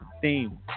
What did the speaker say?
theme